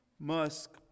Musk